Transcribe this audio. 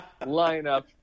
lineup